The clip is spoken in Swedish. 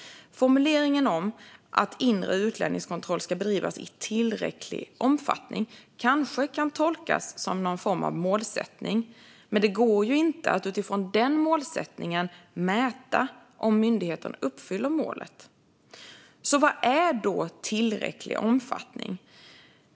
Formuleringen om att inre utlänningskontroll ska bedrivas i "tillräcklig omfattning" kan kanske tolkas som någon form av målsättning, men det går inte att utifrån den målsättningen mäta om myndigheten uppfyller målet. Vad är tillräcklig omfattning?